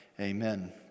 amen